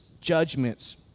judgments